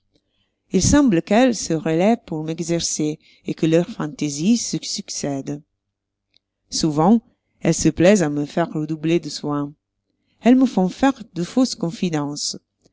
il semble qu'elles se relayent pour m'exercer et que leurs fantaisies se succèdent souvent elles se plaisent à me faire redoubler de soins elles me font faire de fausses confidences